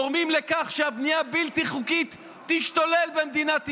גורמים לכך שהבנייה הבלתי-חוקית תשתולל במדינת ישראל,